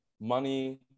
money